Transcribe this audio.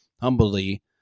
humbly